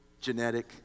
genetic